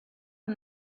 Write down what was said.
amb